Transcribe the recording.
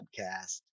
podcast